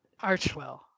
Archwell